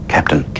Captain